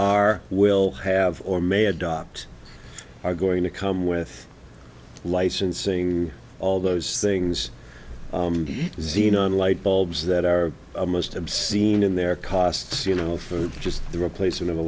are will have or may adopt are going to come with licensing all those things xenon light bulbs that are almost obscene in their costs you know for just the replacement of a